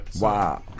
Wow